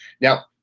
Now